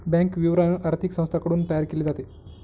bank विवरण आर्थिक संस्थांकडून तयार केले जाते